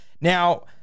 Now